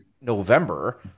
November